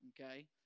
okay